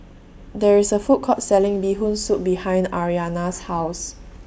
There IS A Food Court Selling Bee Hoon Soup behind Aryana's House